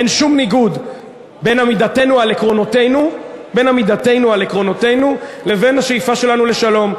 אין שום ניגוד בין עמידתנו על עקרונותינו לבין השאיפה שלנו לשלום.